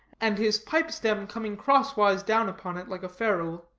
and his pipe-stem coming crosswise down upon it like a ferule,